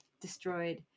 destroyed